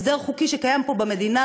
הסדר חוקי שקיים פה במדינה,